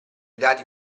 dati